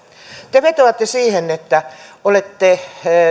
te vetoatte siihen että olette